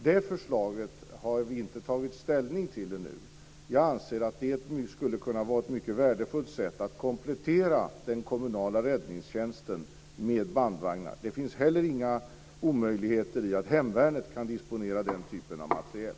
Det förslaget har vi inte tagit ställning till ännu. Jag anser att det skulle vara mycket värdefullt att komplettera den kommunala räddningstjänsten med bandvagnar. Det finns heller inga omöjligheter i att hemvärnet kan disponera den typen av materiel.